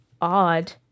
odd